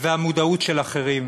והמודעות של אחרים.